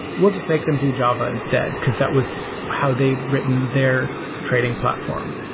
we'll just make them do java instead, because that was how they written their trading platform.